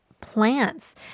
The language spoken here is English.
plants